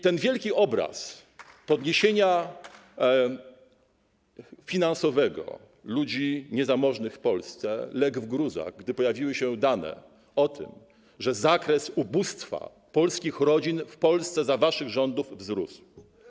Ten wielki obraz podniesienia finansowego ludzi niezamożnych w Polsce legł w gruzach, gdy pojawiły się dane o tym, że zakres ubóstwa polskich rodzin w Polsce za waszych rządów wzrósł.